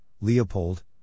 Leopold